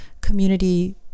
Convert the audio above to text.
community